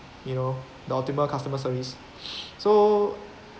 you know the optimal customer service so